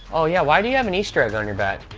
ah yeah why do you have an easter egg on your back?